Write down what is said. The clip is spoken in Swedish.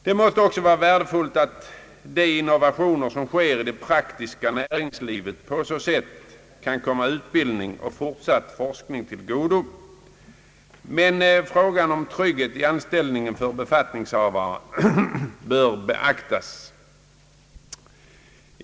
Det måste också vara värdefullt att de innovationer som sker i det praktiska näringslivet på så sätt kan komma utbildning och fortsatt forskning till godo. Men frågan om trygghet i anställningen för befattningshavare bör beaktas.